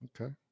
Okay